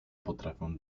potrafią